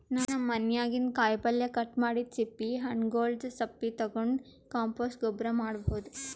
ನಮ್ ಮನ್ಯಾಗಿನ್ದ್ ಕಾಯಿಪಲ್ಯ ಕಟ್ ಮಾಡಿದ್ದ್ ಸಿಪ್ಪಿ ಹಣ್ಣ್ಗೊಲ್ದ್ ಸಪ್ಪಿ ತಗೊಂಡ್ ಕಾಂಪೋಸ್ಟ್ ಗೊಬ್ಬರ್ ಮಾಡ್ಭೌದು